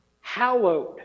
Hallowed